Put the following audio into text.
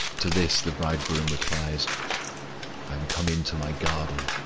to this the bridegroom replies i am come into my garden,